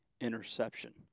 interception